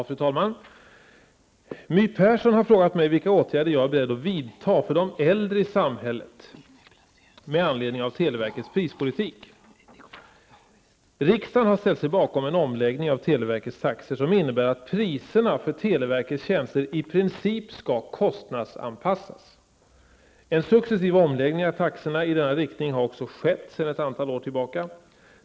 Fru talman! My Persson har frågat mig vilka åtgärder jag är beredd att vidta för de äldre i samhället med anledning av televerkets prispolitik. Riksdagen har ställt sig bakom en omläggning av televerkets taxor som innebär att priserna för televerkets tjänster i princip skall kostnadsanpassas. En successiv omläggning av taxorna i denna riktning har också skett sedan ett antal år tillbaka.